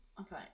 Okay